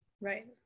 Right